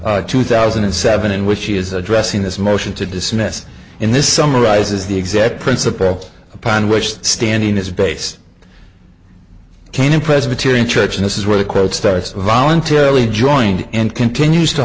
to two thousand and seven in which he is addressing this motion to dismiss in this summarizes the exact principle upon which the standing is base canin presbyterian church and this is where the quote starts voluntarily joined and continues to